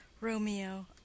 Romeo